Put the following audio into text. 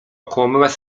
okłamywać